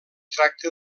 tracta